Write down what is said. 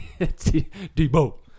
Debo